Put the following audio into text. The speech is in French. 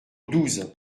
douze